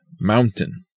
Mountain